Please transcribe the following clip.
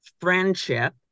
friendship